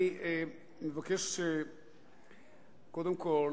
אני מבקש קודם כול